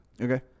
Okay